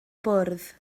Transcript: bwrdd